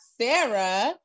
Sarah